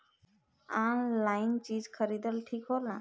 Online चीज खरीदल ठिक होला?